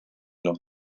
noch